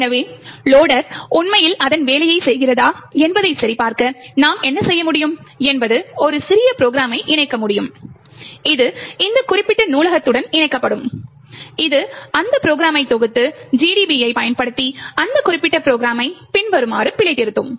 எனவே லொடர் உண்மையில் அதன் வேலையைச் செய்கிறதா என்பதைச் சரிபார்க்க நாம் என்ன செய்ய முடியும் என்பது ஒரு சிறிய ப்ரொக்ராமை இணைக்க முடியும் இது இந்த குறிப்பிட்ட நூலகத்துடன் இணைக்கப்படும் இது அந்த ப்ரொக்ராமைத் தொகுத்து GDB ஐப் பயன்படுத்தி அந்த குறிப்பிட்ட ப்ரொக்ராமை பின்வருமாறு பிழைத்திருத்தும்